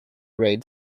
raid